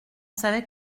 savait